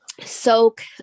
soak